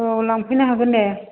औ लांफैनो हागोन दे